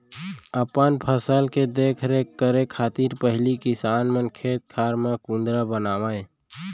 अपन फसल के देख रेख करे खातिर पहिली किसान मन खेत खार म कुंदरा बनावय